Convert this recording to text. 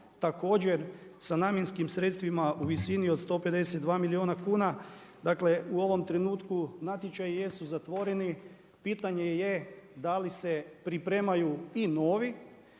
također sa namjenskim sredstvima u visini od 152 milijuna kuna. Dakle u ovom trenutku natječaji jesu zatvoreni. Pitanje je da li se pripremaju i novi.